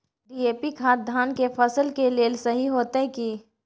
DAP खाद धान के फसल के लेल सही होतय की?